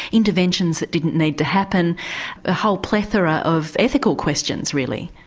interventions that didn't need to happen a whole plethora of ethical questions really.